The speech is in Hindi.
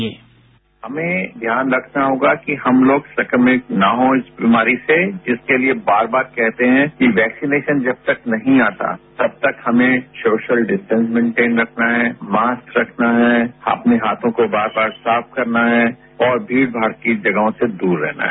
साउंड बाईट हमें ध्यान रखना होगा कि हम लोग संक्रमित न हो इस बीमारी से जिसके लिए बार बार कहते हैं कि वैक्सीनेशन जब तक नहीं आता तब तक हमें सोशल डिस्टेंस मेंटेन रखना है मास्क रखना है अपने हाथों को बार बार साफ करना है और भीड़ भाड़ जगहों से दूर रहना है